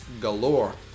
galore